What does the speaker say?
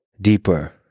deeper